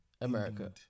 America